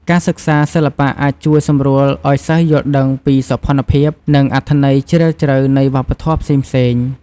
ការសិក្សាសិល្បៈអាចជួយសម្រួលឲ្យសិស្សយល់ដឹងពីសោភណភាព និងអត្ថន័យជ្រាលជ្រៅនៃវប្បធម៌ផ្សេងៗ។